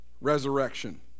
Resurrection